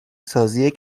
سازی